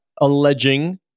alleging